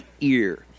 ear